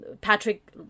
Patrick